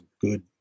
good